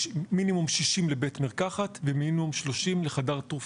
מינימום 60 לבית מרקחת ומינימום 30 לחדר תרופות.